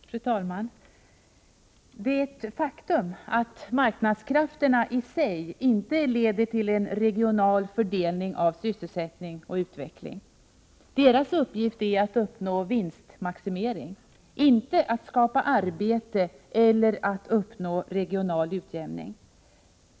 Fru talman! Det är ett faktum att marknadskrafterna i sig inte leder till en regional fördelning av sysselsättning och utveckling. Deras uppgift är att uppnå vinstmaximering — inte att skapa arbete eller att uppnå regional utjämning.